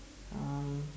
um